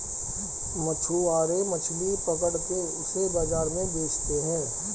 मछुआरे मछली पकड़ के उसे बाजार में बेचते है